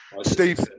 Steve